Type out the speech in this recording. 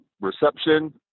reception